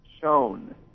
shown